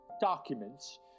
Documents